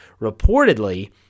reportedly –